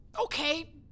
Okay